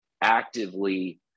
actively